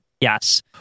yes